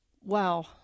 Wow